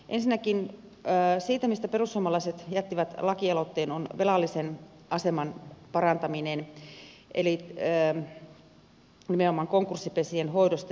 ensinnäkin se mistä perussuomalaiset jättivät lakialoitteen on velallisen aseman parantaminen eli nimenomaan konkurssipesien hoito